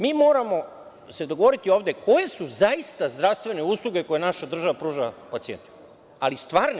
Mi moramo se dogovoriti ovde, koje su zaista zdravstvene usluge koje naša država pruža pacijentima ali stvarno.